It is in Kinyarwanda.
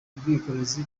ubwikorezi